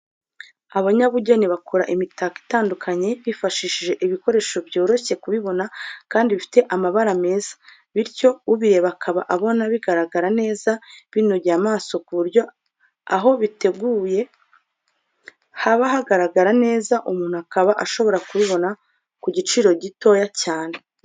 Abanyabugeni bakora imitako itandukanye bifashishije ibikoresho byoroshye kubibona, kandi bifite amabara meza bityo ubireba akaba abona bigaragara neza binogeye amaso ku buryo aho biteguye haba hagaragara neza umuntu akaba ashobora kubibona ku giciro gito cyane.